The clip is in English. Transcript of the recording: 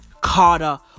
Carter